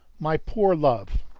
my poor love!